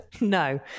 no